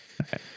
Okay